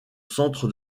centre